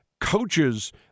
coaches